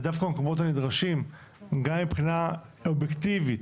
ודווקא במקומות הנדרשים גם מבחינה אובייקטיבית,